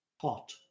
hot